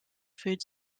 food